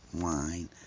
wine